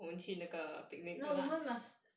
no 我们 must